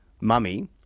mummy